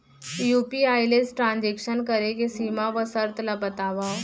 UPI ले transaction करे के सीमा व शर्त ला बतावव?